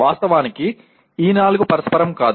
వాస్తవానికి ఈ నలుగు పరస్పరం కాదు